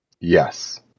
Yes